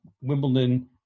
Wimbledon